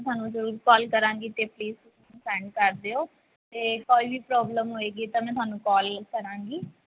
ਤੁਹਾਨੂੰ ਜ਼ਰੂਰ ਕਾਲ ਕਰਾਂਗੀ ਅਤੇ ਪਲੀਜ਼ ਸੈਂਡ ਕਰ ਦਿਓ ਅਤੇ ਕੋਈ ਵੀ ਪ੍ਰੋਬਲਮ ਹੋਏਗੀ ਤਾਂ ਮੈਂ ਤੁਹਾਨੂੰ ਕਾਲ ਕਰਾਂਗੀ